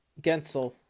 Gensel